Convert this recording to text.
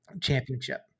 Championship